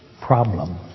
problem